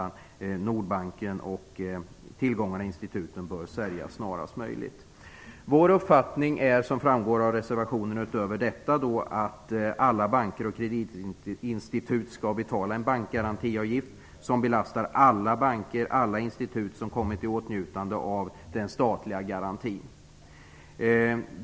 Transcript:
Nordbanken och tillgångarna i instituten bör säljas snarast möjligt. Vår uppfattning är, som framgår av reservationen, utöver detta att alla banker och kreditinstitut skall betala en bankgarantiavgift som belastar alla banker och institut som kommit i åtnjutande av den statliga garantin.